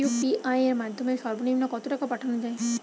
UPI এর মাধ্যমে সর্ব নিম্ন কত টাকা পাঠানো য়ায়?